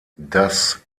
das